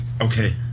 okay